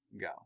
go